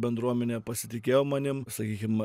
bendruomenė pasitikėjo manim sakykim